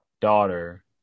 daughter